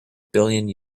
billion